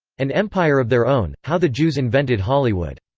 an empire of their own how the jews invented hollywood.